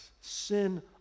Sin